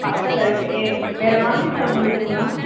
பற்றலை வேறு வாங்கித்தர முடியுங்களா